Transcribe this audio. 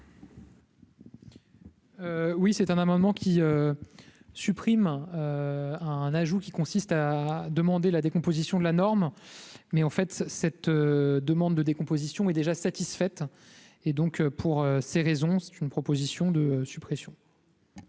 Oui, c'est un amendement qui supprime hein. Ajout qui consiste à demander la décomposition de la norme, mais en fait cette demande de décomposition est déjà satisfaite et donc pour ces raisons, c'est une proposition de suppression.